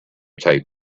taped